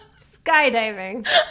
Skydiving